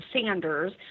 Sanders